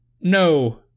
No